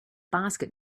basket